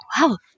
wow